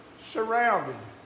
surrounded